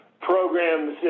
programs